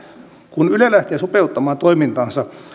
kun yle lähtee sopeuttamaan toimintaansa